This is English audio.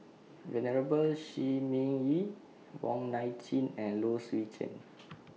Venerable Shi Ming Yi Wong Nai Chin and Low Swee Chen